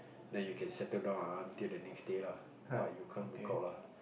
then you can settle down until the next day lah but you can't book out lah